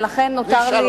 ולכן נותר לי,